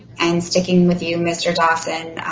and sticking with you mr. dawson,